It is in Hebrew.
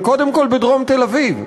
אבל קודם כול בדרום תל-אביב,